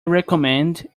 recommend